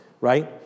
right